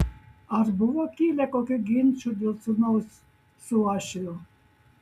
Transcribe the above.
ar buvo kilę kokių ginčų dėl sūnaus su uošviu